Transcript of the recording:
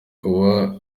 kuba